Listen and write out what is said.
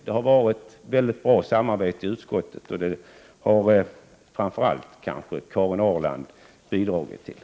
Det har varit ett mycket bra samarbete i utskottet, och det har framför allt Karin Ahrland bidragit till.